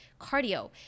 cardio